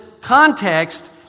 context